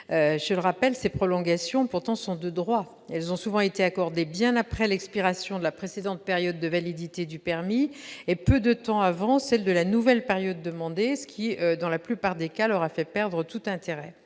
Je le rappelle, ces prolongations sont pourtant de droit. Elles ont souvent été accordées bien après l'expiration de la période de validité du permis et peu de temps avant celle de la nouvelle période demandée, ce qui, dans la plupart des cas, leur a fait perdre tout intérêt.